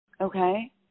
Okay